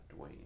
Dwayne